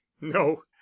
no